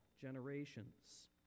generations